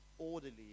orderly